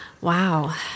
Wow